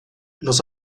los